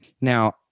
Now